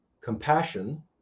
compassion